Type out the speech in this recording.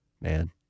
man